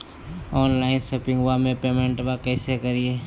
Online शोपिंगबा में पेमेंटबा कैसे करिए?